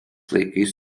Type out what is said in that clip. laikais